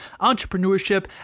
entrepreneurship